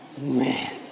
Man